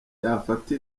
yafata